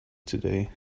today